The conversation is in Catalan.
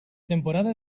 temporada